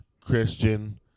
Christian